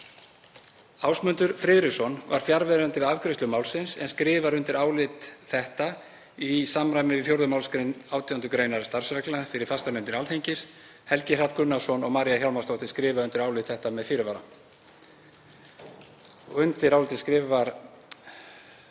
Ásmundur Friðriksson var fjarverandi við afgreiðslu málsins en skrifar undir álit þetta í samræmi við 4. mgr. 18. gr. starfsreglna fyrir fastanefndir Alþingis. Helgi Hrafn Gunnarsson og María Hjálmarsdóttir skrifa undir álit þetta með fyrirvara. Undir álitið skrifa Lilja